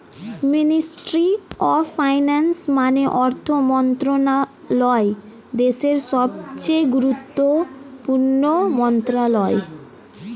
ministry of finance মানে অর্থ মন্ত্রণালয় দেশের সবচেয়ে গুরুত্বপূর্ণ মন্ত্রণালয়